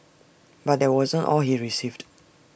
but that wasn't all he received